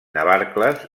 navarcles